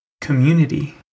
Community